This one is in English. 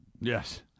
Yes